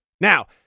Now